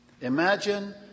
Imagine